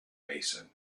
mason